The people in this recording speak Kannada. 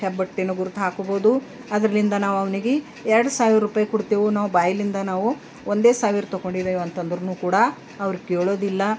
ಹೆಬ್ಬಟ್ಟಿನ ಗುರ್ತು ಹಾಕೊಬೋದು ಅದರಲ್ಲಿಂದ ನಾವು ಅವ್ನಿಗೆ ಎರ್ಡು ಸಾವಿರರುಪಾಯಿ ಕೊಡ್ತೇವು ನಾವು ಬಾಯಿಯಿಂದ ನಾವು ಒಂದೇ ಸಾವಿರ ತೊಗೊಂಡಿದ್ದೇವೆ ಅಂದ್ರೂ ಕೂಡ ಅವ್ರು ಕೇಳೋದಿಲ್ಲ